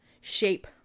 shape